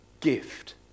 gift